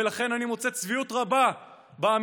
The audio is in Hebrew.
ולכן אני מוצא צביעות רבה באמירה